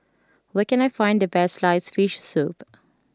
where can I find the best Sliced Fish Soup